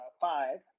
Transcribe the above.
five